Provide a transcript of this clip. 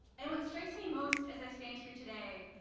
and what strikes me most as i stand here today,